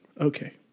Okay